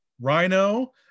Rhino